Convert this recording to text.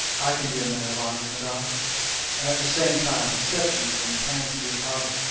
i can be a man of honour, madam, and at the same time accept you from the hands of your father.